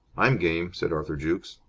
i'm game, said arthur jukes.